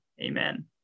Amen